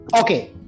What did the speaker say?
Okay